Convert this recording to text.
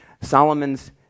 Solomon's